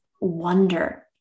wonder